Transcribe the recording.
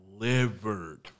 delivered